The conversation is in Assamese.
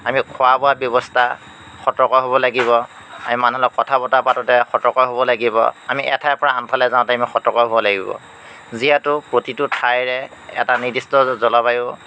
আমি খোৱা বোৱাৰ ব্যৱস্থা সতৰ্ক হ'ব লাগিব আমি মানুহৰ লগত কথা বতৰা পাতোঁতে সতৰ্ক হ'ব লাগিব আমি এঠাইৰ পৰা আন ঠাইলৈ যাওঁতে আমি সতৰ্ক হ'ব লাগিব যিহেতু প্ৰতিটো ঠাইৰে এটা নিৰ্দিষ্ট জলবায়ু